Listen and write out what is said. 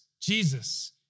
Jesus